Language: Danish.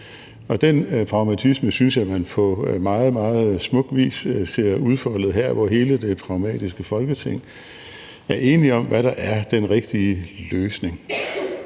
den pragmatisme synes jeg at man på meget, meget smuk vis ser udfoldet her, hvor hele det pragmatiske Folketing er enige om, hvad der er den rigtige løsning.